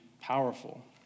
powerful